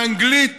באנגלית